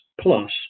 plus